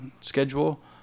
schedule